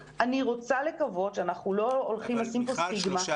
אני רוצה לקוות שאנחנו לא הולכים לשים פה סטיגמה -- אבל מיכל,